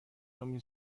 امین